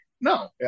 No